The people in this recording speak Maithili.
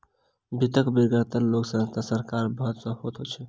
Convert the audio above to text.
वित्तक बेगरता लोक, संस्था आ सरकार सभ के होइत छै